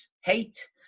hate